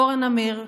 אורה נמיר,